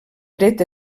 dret